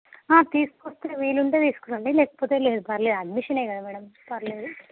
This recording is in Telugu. తీసుకొస్తే వీలుంటే తీసుకురండి లేకపోతే లేదు పర్వాలేదు అడ్మిషనే కదా మేడం పర్వాలేదు